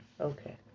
okay